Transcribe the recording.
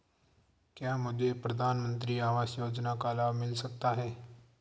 क्या मुझे प्रधानमंत्री आवास योजना का लाभ मिल सकता है?